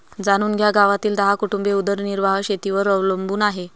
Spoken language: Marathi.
जाणून घ्या गावातील दहा कुटुंबे उदरनिर्वाह शेतीवर अवलंबून आहे